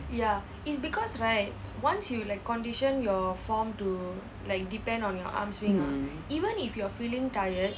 mm